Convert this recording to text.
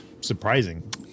surprising